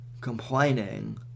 complaining